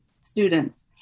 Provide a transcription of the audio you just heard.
students